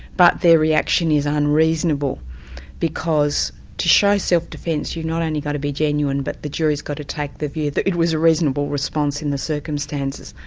but their reaction is unreasonable because to show self-defence, you've not only got to be genuine, but the jury's got to take the view that it was a reasonable response in the circumstances.